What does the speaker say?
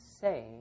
say